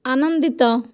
ଆନନ୍ଦିତ